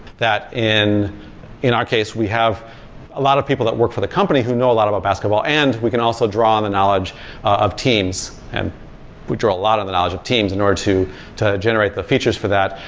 that in in our case, we have a lot of people that work for the company who know a lot about basketball, and we can also draw on the knowledge of teams. and we we draw a lot of the knowledge of teams in order to to generate the features for that.